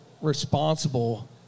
responsible